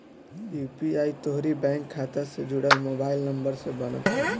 UPI तोहरी bank खाता से जुड़ल मोबाइल नंबर से बनत हवे